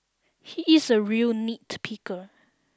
he is a real nitpicker